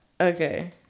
okay